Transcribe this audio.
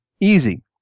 Easy